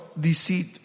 deceit